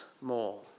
more